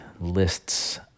lists